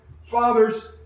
fathers